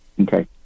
Okay